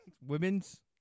Women's